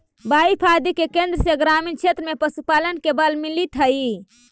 बाएफ आदि के केन्द्र से ग्रामीण क्षेत्र में पशुपालन के बल मिलित हइ